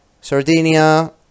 Sardinia